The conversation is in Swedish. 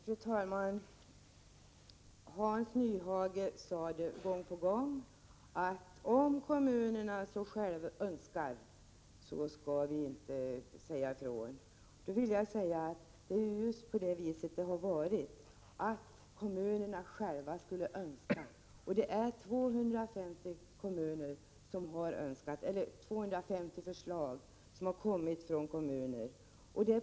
Fru talman! Hans Nyhage sade gång på gång, att om kommunerna själva önskar, skall vi inte säga nej. Det är ju just så det har varit: kommunerna själva skall önska. 250 förslag har kommit in från kommunerna.